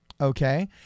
okay